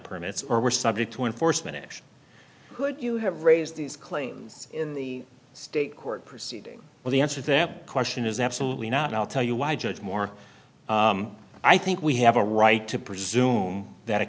permits or were subject to enforcement action could you have raised these claims in the state court proceeding with the answer that question is absolutely not i'll tell you why judge moore i think we have a right to presume that a